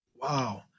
Wow